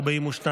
59,